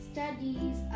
studies